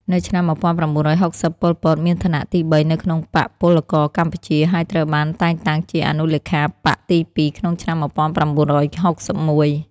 នៅឆ្នាំ១៩៦០ ប៉ុល ពត មានឋានៈទីបីនៅក្នុងបក្សពលករកម្ពុជា ហើយត្រូវបានតែងតាំងជាអនុលេខាបក្សទីពីរក្នុងឆ្នាំ១៩៦១។